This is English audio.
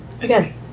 Again